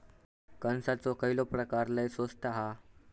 कणसाचो खयलो प्रकार लय स्वस्त हा?